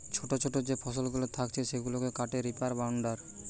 ছোটো ছোটো যে ফসলগুলা থাকছে সেগুলাকে কাটে রিপার বাইন্ডার